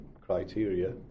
criteria